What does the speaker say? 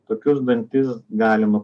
tokius dantis galima